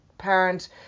parent